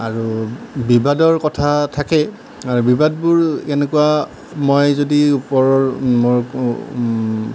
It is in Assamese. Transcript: আৰু বিবাদৰ কথা থাকেই আৰু বিবাদবোৰ এনেকুৱা মই যদি ওপৰৰ মোৰ